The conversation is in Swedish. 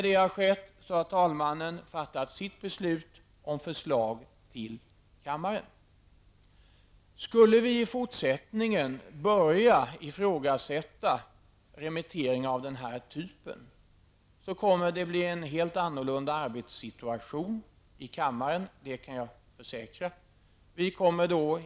Därefter har talmannen fattat sitt beslut om förslag till kammaren. Skulle vi i fortsättningen börja ifrågasätta remittering av den här typen, kan jag försäkra att det skulle bli en helt annat arbetssituation i kammaren.